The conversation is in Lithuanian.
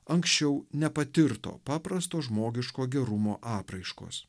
anksčiau nepatirto paprasto žmogiško gerumo apraiškos